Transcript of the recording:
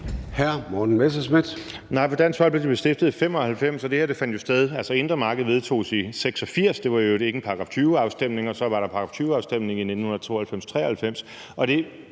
Morten Messerschmidt (DF): Nej, for Dansk Folkeparti blev stiftet i 1995, og det her om det indre marked vedtoges EU's i 1986. Det var i øvrigt ikke en § 20-afstemning, og så var der § 20-afstemning i 1992-1993.